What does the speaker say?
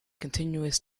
continuous